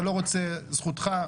אתה לא רוצה, זכותך.